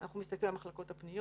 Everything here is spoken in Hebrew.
אנחנו מסתכלים על המחלקות הפנימיות,